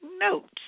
notes